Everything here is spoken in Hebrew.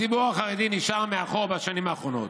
הציבור החרדי נשאר מאחור בשנים האחרונות.